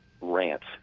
rants